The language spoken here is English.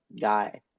guy